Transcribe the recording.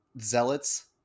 Zealots